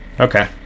Okay